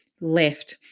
left